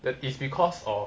that is because of